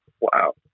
wow